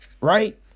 Right